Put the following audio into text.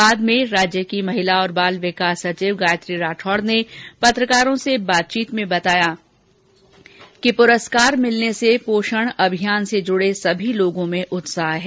बाद में राज्य की महिला और बाल विकास सचिव गायत्री राठौड़ ने पत्रकारों से बातचीत में बताया कि पुरस्कार मिलने से पोषण अभियान से जुड़े सभी लोगों में उत्साह है